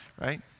Right